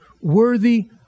worthy